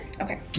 okay